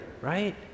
right